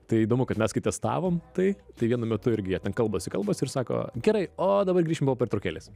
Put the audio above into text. tai įdomu kad mes kai testavom tai tai vienu metu irgi jie ten kalbasi kalbasi ir sako gerai o dabar grįšim po pertraukėlės